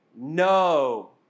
No